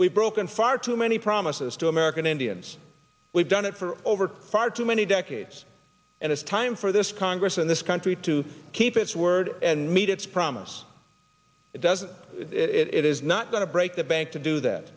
we've broken far too many promises to american indians we've done it for over far too many decades and it's time for this congress and this country to keep its word and meet its promise it doesn't it is not going to break the bank to do that